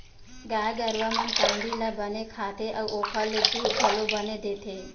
गाय गरूवा मन कांदी ल बने खाथे अउ ओखर ले दूद घलो बने देथे